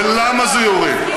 תביא את חוק הלאום ותהרוס,